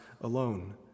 alone